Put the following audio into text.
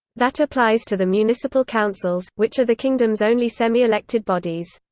that applies to the municipal councils, which are the kingdom's only semi-elected bodies.